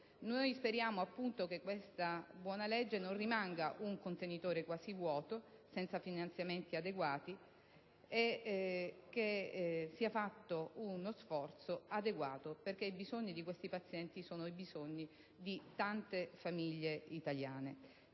Noi speriamo che questa buona legge non rimanga un contenitore quasi vuoto, senza finanziamenti confacenti, e che sia fatto uno sforzo adeguato perché i bisogni di questi pazienti sono i bisogni di tante famiglie italiane.